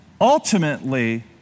ultimately